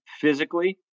physically